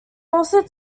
also